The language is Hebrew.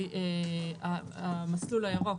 המסלול הירוק,